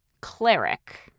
cleric